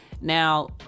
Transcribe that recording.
now